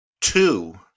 two